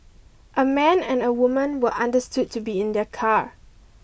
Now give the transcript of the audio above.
a man and a woman were understood to be in the car